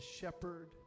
shepherd